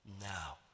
now